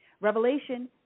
Revelation